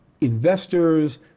investors